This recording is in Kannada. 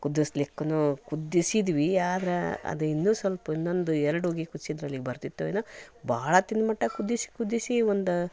ಕುದಸ್ಲಿಕ್ಕೂ ಕುದಿಸಿದ್ವಿ ಆದ್ರೆ ಅದು ಇನ್ನೂ ಸ್ವಲ್ಪ ಇನ್ನೊಂದು ಎರಡು ಉಗಿ ಕುದ್ಸಿದ್ರೆ ಅಲ್ಲಿಗೆ ಬರ್ತಿತ್ತೋ ಏನೋ ಬಹಳ ಹೊತ್ತಿನ ಮಟ್ಟ ಕುದಿಸಿ ಕುದಿಸಿ ಒಂದು